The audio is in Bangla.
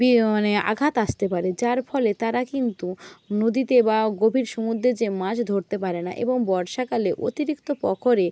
মানে আঘাত আসতে পারে যার ফলে তারা কিন্তু নদীতে বা গভীর সমুদ্রে যেয়ে মাছ ধরতে পারে না এবং বর্ষাকালে অতিরিক্ত